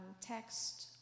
text